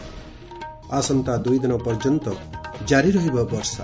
ଆସନ୍ତା ଦୁଇଦିନ ପର୍ଯ୍ୟନ୍ତ ଜାରି ରହିବ ବର୍ଷା